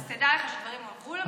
אז תדע לך שדברים הועברו למשטרה,